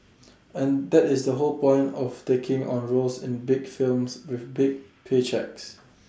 and that is the whole point of taking on roles in big films with big pay cheques